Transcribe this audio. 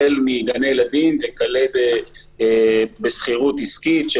החל מגני ילדים וכלה בשכירות עסקית.